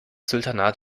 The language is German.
sultanat